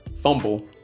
fumble